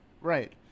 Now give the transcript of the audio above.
Right